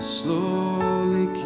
slowly